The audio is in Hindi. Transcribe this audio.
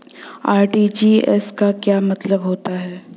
आर.टी.जी.एस का क्या मतलब होता है?